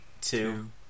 two